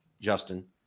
Justin